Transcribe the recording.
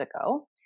ago